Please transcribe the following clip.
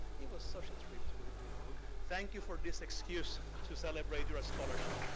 it was such a treat to read your book. thank you for this excuse to celebrate your scholarship